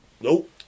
Nope